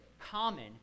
common